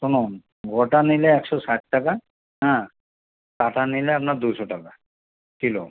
শুনুন গোটা নিলে একশো ষাট টাকা হ্যাঁ কাটা নিলে আপনার দুশো টাকা কিলো